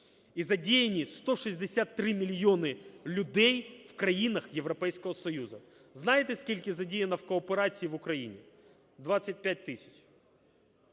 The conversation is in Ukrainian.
і задіяні 163 мільйони людей в країнах Європейського Союзу. Знаєте, скільки задіяно в кооперації в Україні? 25 тисяч.